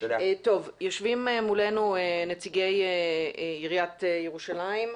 יושבים מולנו נציגי עיריית ירושלים.